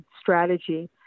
strategy